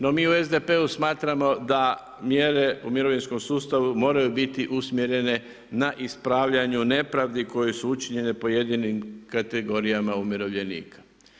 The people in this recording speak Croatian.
No, mi u SDP-u smatramo da mjere u mirovinskom sustavu moraju biti usmjerene na ispravljanju nepravdi koje su učinjene pojedinim kategorijama umirovljenika.